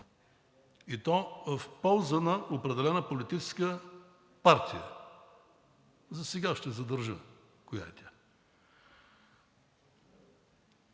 и то в полза на определена политическа партия. Засега ще задържа коя е тя.